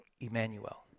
Emmanuel